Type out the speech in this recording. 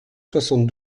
soixante